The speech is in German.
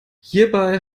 hierbei